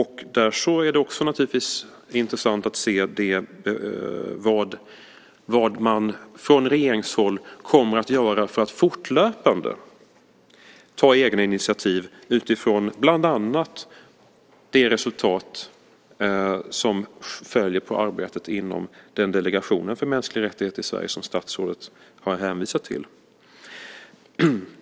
Här är det naturligtvis också intressant att se vad man från regeringshåll kommer att göra för att fortlöpande ta egna initiativ, bland annat utifrån de resultat som följer av arbetet inom den delegation för mänskliga rättigheter i Sverige som statsrådet har hänvisat till.